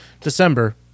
December